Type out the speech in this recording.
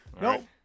No